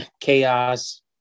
chaos